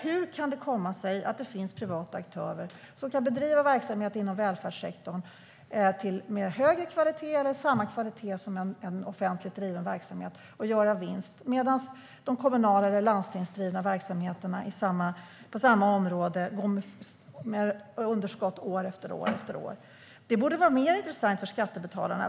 Hur kan det komma sig att det finns privata aktörer som kan bedriva verksamheter inom välfärdssektorn till högre kvalitet eller samma kvalitet som en offentligt driven verksamhet och göra vinst medan de kommunala eller landstingsdrivna verksamheterna på samma område går med underskott år efter år? Det borde vara mer intressant för skattebetalarna.